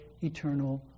eternal